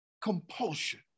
compulsion